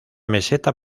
meseta